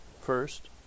first